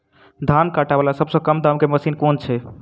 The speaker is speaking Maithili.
धान काटा वला सबसँ कम दाम केँ मशीन केँ छैय?